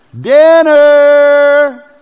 Dinner